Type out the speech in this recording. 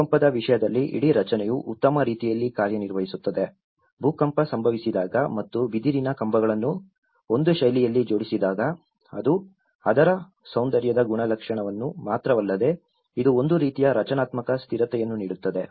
ಭೂಕಂಪದ ವಿಷಯದಲ್ಲಿ ಇಡೀ ರಚನೆಯು ಉತ್ತಮ ರೀತಿಯಲ್ಲಿ ಕಾರ್ಯನಿರ್ವಹಿಸುತ್ತದೆ ಭೂಕಂಪ ಸಂಭವಿಸಿದಾಗ ಮತ್ತು ಬಿದಿರಿನ ಕಂಬಗಳನ್ನು ಒಂದು ಶೈಲಿಯಲ್ಲಿ ಜೋಡಿಸಿದಾಗ ಅದು ಅದರ ಸೌಂದರ್ಯದ ಗುಣಲಕ್ಷಣವನ್ನು ಮಾತ್ರವಲ್ಲದೆ ಇದು ಒಂದು ರೀತಿಯ ರಚನಾತ್ಮಕ ಸ್ಥಿರತೆಯನ್ನು ನೀಡುತ್ತದೆ